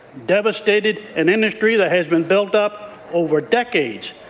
devastated an industry that has been built up over decades,